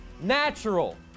natural